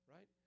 Right